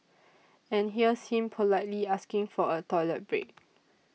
and here's him politely asking for a toilet break